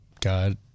God